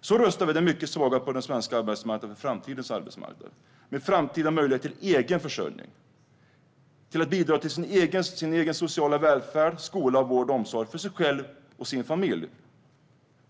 detta sätt rustar vi de mycket svaga på den svenska arbetsmarknaden för framtidens arbetsmarknad, med framtida möjlighet till egen försörjning och till att bidra till sin egen sociala välfärd, skola, vård och omsorg för sig själv och sin familj.